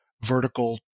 vertical